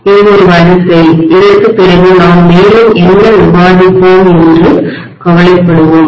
இது ஒரு வரிசை இதற்குப் பிறகு நாம் மேலும் என்ன விவாதிப்போம் என்று கவலைப்படுவோம்